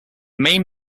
main